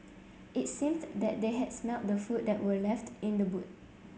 it seemed that they had smelt the food that were left in the boot